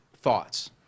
thoughts